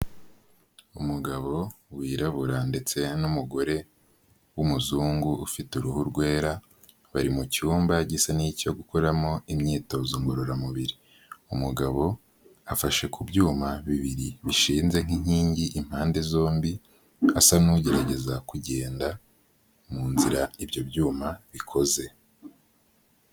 Umugabo wirabura ndetse n'umugore w'umuzungu ufite uruhu rwera, bari mu cyumba gisa n'icyo gukoreramo imyitozo ngororamubiri. Umugabo afashe ku byuma bibiri bishinze nk'inkingi impande zombi, asa nk'ugerageza kugenda mu nzira ibyo byuma bikoze.